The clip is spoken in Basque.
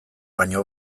baina